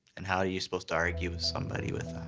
and how are you supposed to argue with somebody with that?